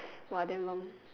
!wah! damn long